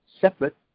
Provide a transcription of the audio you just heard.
separate